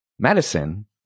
Medicine